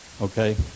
Okay